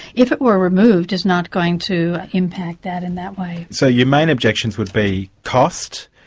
if it were removed, is not going to impact that in that way. so your main objections would be cost,